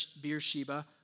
Beersheba